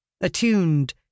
attuned